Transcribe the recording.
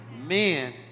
men